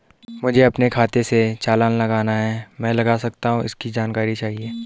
मुझे अपने खाते से चालान लगाना है क्या मैं लगा सकता हूँ इसकी जानकारी चाहिए?